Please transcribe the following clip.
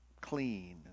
clean